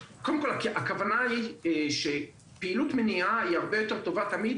הכוונה היא שפעילות מניעה היא תמיד יותר